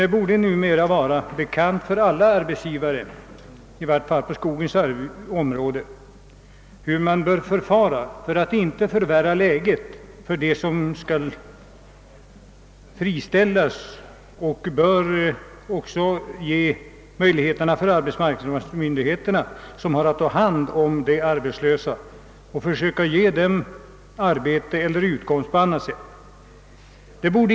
Dock borde det numera vara bekant för alla arbetsgivare, åtminstone på detta område, hur man bör förfara för att inte förvärra läget för dem som friställes och för arbetsmarknadsmyndigheterna, som har att ta hand om de arbetslösa och försöka ge dem arbete eller utkomst på annat sätt.